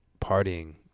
partying